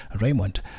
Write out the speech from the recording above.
Raymond